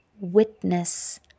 witness